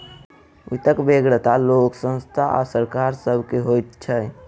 वित्तक बेगरता लोक, संस्था आ सरकार सभ के होइत छै